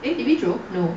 individual no